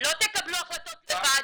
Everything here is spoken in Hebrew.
לא תקבלו החלטות לבד,